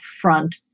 front